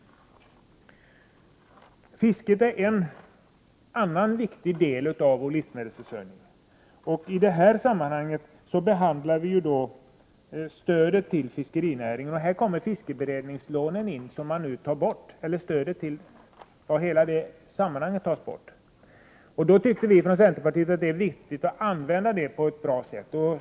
Fisket är en viktig del av vår livsmedelsförsörjning. I detta sammanhang behandlar vi stödet till fiskerinäringen. Fiskeberedningsstödet m.m. föreslås nu avskaffas. Vii centern tycker att det är viktigt att använda de pengarna på ett bra sätt.